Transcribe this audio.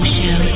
Show